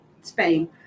Spain